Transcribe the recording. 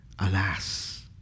Alas